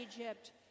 Egypt